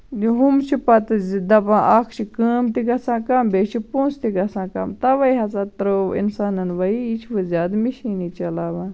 ہُم چھِ پَتہٕ زِ دَپان اکھ چھِ کٲم تہِ گژھان کَم بیٚیہِ چھُ پونسہٕ تہِ گژھان کَم تَوے ہسا ترٲو اِنسانن وۄنۍ یہِ چھِ وۄنۍ زیادٕ مِشیٖنٕے چَلاوان